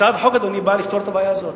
הצעת החוק, אדוני, באה לפתור את הבעיה הזאת.